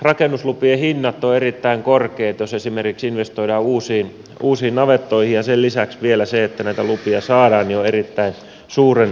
rakennuslupien hinnat ovat erittäin korkeita jos esimerkiksi investoidaan uusiin navettoihin ja sen lisäksi vielä se että näitä lupia saadaan on erittäin suuren työn takana